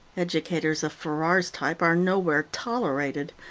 educators of ferrer's type are nowhere tolerated,